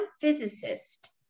physicist